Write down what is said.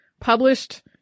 Published